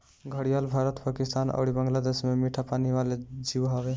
घड़ियाल भारत, पाकिस्तान अउरी बांग्लादेश के मीठा पानी वाला जीव हवे